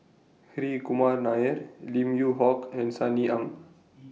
Hri Kumar Nair Lim Yew Hock and Sunny Ang